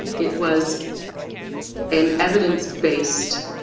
it was an evidence-based